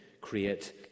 create